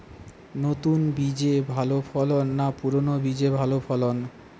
নতুন বীজে ভালো ফলন না পুরানো বীজে ভালো ফলন?